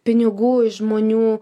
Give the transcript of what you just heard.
pinigų iš žmonių